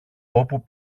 όπου